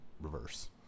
reverse